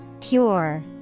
pure